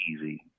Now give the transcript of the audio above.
easy